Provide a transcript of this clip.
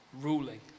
ruling